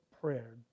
prayer